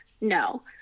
No